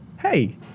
hey